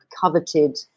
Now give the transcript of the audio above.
coveted